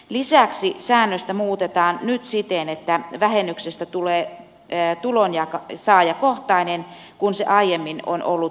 lisäksi säännöstä muutetaan nyt siten että vähennyksestä tulee tulonsaajakohtainen kun se aiemmin on ollut perhekohtainen